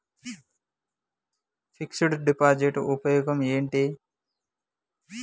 Fix డ్ deposit ఉపయోగం ఏంటి?